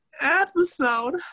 episode